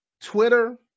Twitter